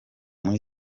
muri